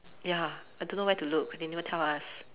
ya I don't know where to look they never tell us